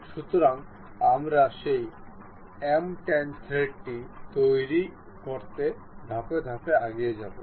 সুতরাং আমরা সেই m 10 থ্রেডটি তৈরি করতে ধাপে ধাপে এগিয়ে যাব